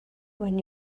when